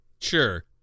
Sure